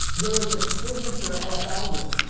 there is a signature nfl game,